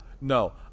No